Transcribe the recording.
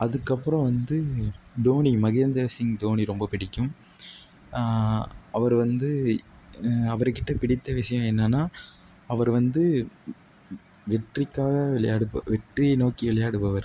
அதுக்கப்புறம் வந்து டோனி மஹேந்திர சிங் டோனி ரொம்ப பிடிக்கும் அவர் வந்து அவர் கிட்டே பிடித்த விஷயம் என்னென்னா அவர் வந்து வெற்றிக்காக விளையாடுபவர் வெற்றியை நோக்கி விளையாடுபவர்